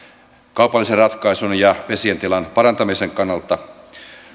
kaupallisen ratkaisun ja vesien tilan parantamisen kannalta